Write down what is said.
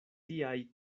tiaj